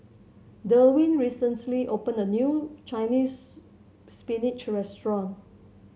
Derwin recently opened a new Chinese Spinach restaurant